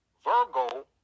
Virgo